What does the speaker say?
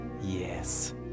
Yes